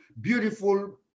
beautiful